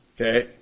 Okay